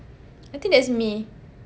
I think that's me